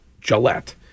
Gillette